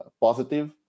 positive